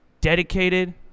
Dedicated